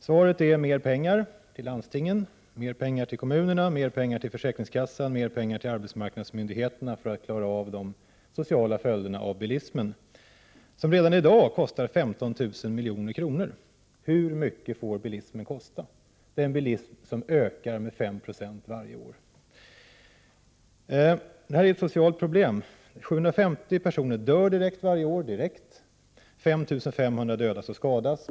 Svaret är: Mer pengar till landstingen, mer pengar till kommunerna, mer pengar till försäkringskassorna, mer pengar till arbetsmarknadsmyndigheterna för att klara av de sociala följderna av bilismen, som redan i dag kostar 15 000 milj.kr. Hur mycket får bilismen kosta, den bilism som ökar med 5 96 varje år? Detta är ett socialt problem. 750 personer dör varje år direkt i trafikolyckor, 5 500 personer skadas.